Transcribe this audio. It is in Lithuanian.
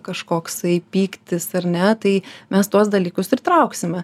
kažkoksai pyktis ar ne tai mes tuos dalykus ir trauksime